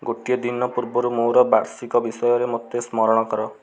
ଗୋଟିଏ ଦିନ ପୂର୍ବରୁ ମୋର ବାର୍ଷିକ ବିଷୟରେ ମୋତେ ସ୍ମରଣ କର